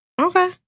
Okay